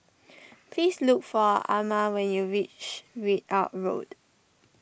please look for Ama when you reach Ridout Road